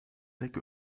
dek